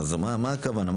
מה, מה הכוונה?